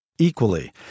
Equally